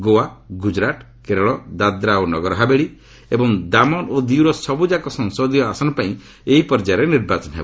ଗୋଆ ଗୁକ୍କୁରାଟ କେରଳ ଦାଦ୍ରା ଓ ନଗରହାବେଳି ଏବଂ ଦାମନ ଓ ଦିଉର ସବୁଯାକ ସଂସଦୀୟ ଆସନ ପାଇଁ ଏହି ପର୍ଯ୍ୟାୟରେ ନିର୍ବାଚନ ହେବ